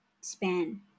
span